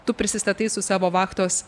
tu prisistatai su savo vachtos